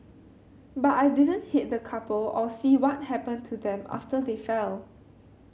but I didn't hit the couple or see what happened to them after they fell